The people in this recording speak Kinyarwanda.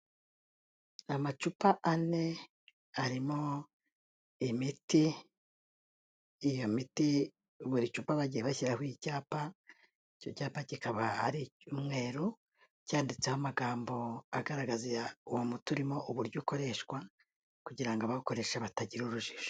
Amacupa ane arimo imiti. Iyo miti buri cupa bagiye bashyiraho icyapa. Icyo cyapa kikaba ari icy'umweru cyanditseho amagambo agaragaza uwo muti urimo uburyo ukoreshwa kugira abakoresha batagira urujijo.